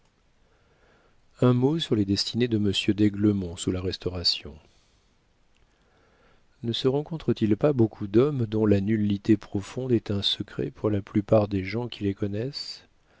un mot sur les destinées de monsieur d'aiglemont sous la restauration ne se rencontre-t-il pas beaucoup d'hommes dont la nullité profonde est un secret pour la plupart des gens qui les connaissent